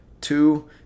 Two